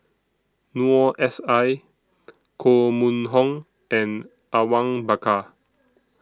Noor S I Koh Mun Hong and Awang Bakar